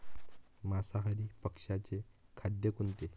मांसाहारी पक्ष्याचे खाद्य कोणते?